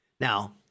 Now